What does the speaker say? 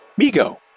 Migo